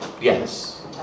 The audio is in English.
Yes